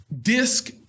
disc